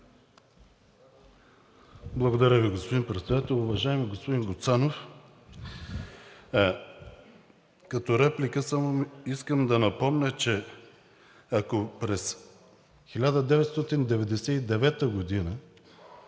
Благодаря Ви, господин Председател. Уважаеми господин Гуцанов, като реплика искам да напомня, че ако през 1999 г. на